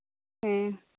ᱦᱮᱸ